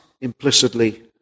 implicitly